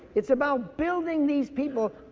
it's about building these people,